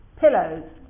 pillows